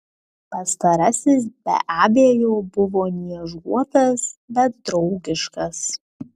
pastarasis be abejo buvo niežuotas bet draugiškas